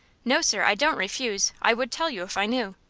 no, sir i don't refuse. i would tell you if i knew.